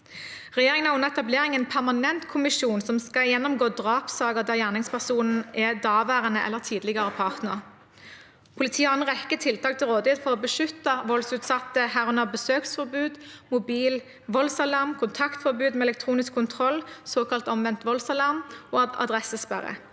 Regjeringen har under etablering en permanent kommisjon, som skal gjennomgå drapssaker der gjerningspersonen er nåværende eller tidligere partner. Politiet har en rekke tiltak til rådighet for å beskytte voldsutsatte, herunder besøksforbud, mobil voldsalarm, kontaktforbud med elektronisk kontroll, såkalt